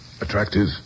attractive